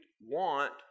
want